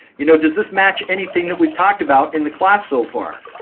you know does this match anything that we've talked about in the class so far?